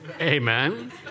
Amen